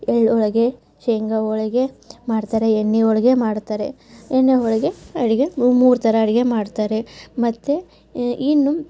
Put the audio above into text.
ಎಳ್ಳು ಹೋಳಿಗೆ ಶೇಂಗಾ ಹೋಳಿಗೆ ಮಾಡ್ತಾರೆ ಎಣ್ಣೆ ಹೋಳಿಗೆ ಮಾಡ್ತಾರೆ ಎಣ್ಣೆ ಹೋಳಿಗೆ ಅಡುಗೆ ಮೂರು ಥರ ಅಡುಗೆ ಮಾಡ್ತಾರೆ ಮತ್ತು ಇನ್ನು